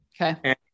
Okay